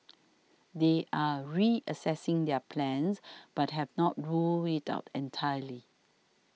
they are reassessing their plans but have not ruled it out entirely